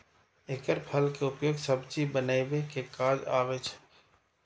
एकर फल के उपयोग सब्जी बनबै के काज आबै छै